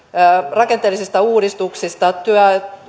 rakenteellisista uudistuksista työurien